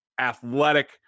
athletic